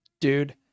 dude